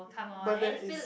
but there is